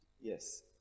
yes